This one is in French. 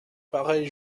paraît